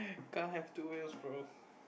car have two wheels bro